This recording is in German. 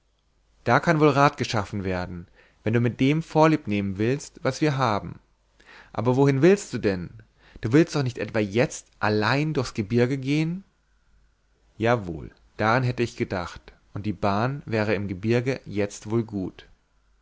da kann wohl rat geschafft werden wenn du mit dem vorliebnehmen willst was wir haben aber wohin willst du denn du willst doch nicht etwa jetzt allein durchs gebirge gehen jawohl daran hätte ich gedacht und die bahn wäre im gebirge jetzt wohl gut